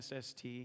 SST